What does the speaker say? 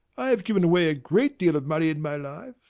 i have given away a great deal of money in my life,